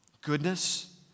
goodness